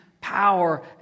power